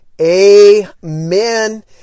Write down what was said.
Amen